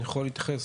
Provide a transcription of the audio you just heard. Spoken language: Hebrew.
אני יכול להתייחס,